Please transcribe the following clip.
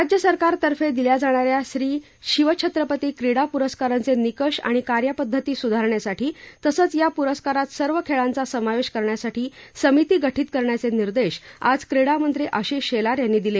राज्य सरकारतर्फे दिल्या जाणाऱ्या श्री शिवछत्रपती क्रीडा पुरस्कारांचे निकष आणि कार्यपद्धती सुधारण्यासाठी तसंच या पुरस्कारात सर्व खेळांचा समावेश करण्यासाठी समिती गठित करण्याचे निर्देश आज क्रीडामंत्री आशिष शेलार यांनी दिले